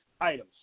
items